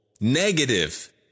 negative